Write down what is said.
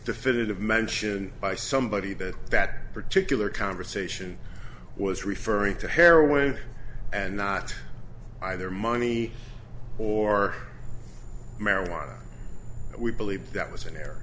definitive mention by somebody that that particular conversation was referring to heroin and not either money or marijuana we believe that was an